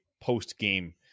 post-game